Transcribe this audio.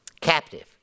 captive